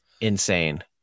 insane